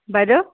বাইদেউ